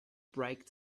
break